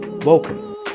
welcome